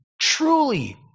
Truly